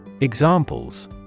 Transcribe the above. Examples